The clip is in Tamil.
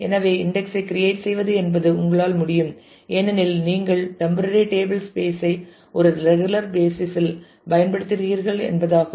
எனவே இன்டெக்ஸ் ஐ கிரியேட் செய்வது என்பது உங்களால் முடியும் ஏனெனில் நீங்கள் டெம்பரரி டேபிள் ஸ்பேஸ் ஐ ஒரு ரெகுலர் பேசிஸ் இல் பயன்படுத்துகிறீர்கள் என்பதாகும்